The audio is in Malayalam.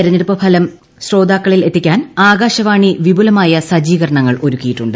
തെരഞ്ഞെടുപ്പ് ഫലം ശ്രോതാക്കളിൽ എത്തിക്കാൻ ആകാശവാണി വിപുലമായ സജീകരണങ്ങൾ ഒരുക്കിയിട്ടുണ്ട്